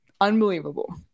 Unbelievable